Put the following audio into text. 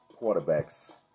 quarterbacks